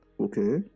Okay